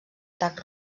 atac